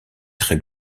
très